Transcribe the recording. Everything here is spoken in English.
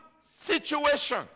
situation